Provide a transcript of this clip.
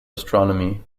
astronomy